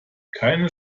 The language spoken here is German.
keine